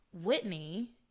Whitney